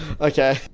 okay